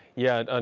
yeah, ah